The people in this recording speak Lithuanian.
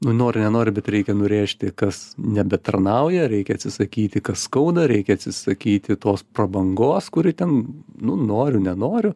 nu nori nenori bet reikia nurėžti kas nebetarnauja reikia atsisakyti kas skauda reikia atsisakyti tos prabangos kuri ten nu noriu nenoriu